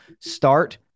start